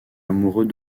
amoureux